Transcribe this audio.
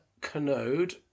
Canode